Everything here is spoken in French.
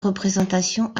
représentations